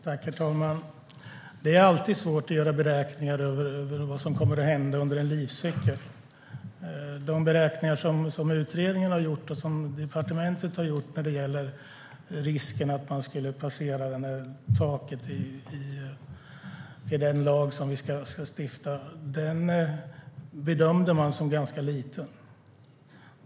Herr talman! Det är alltid svårt att göra beräkningar av vad som kommer att hända under en livscykel. De beräkningar som utredningen och departementet har gjort när det gäller risken att passera taket i den lag som vi ska stifta bedömer den risken som ganska liten.